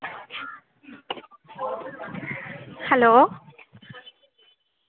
hello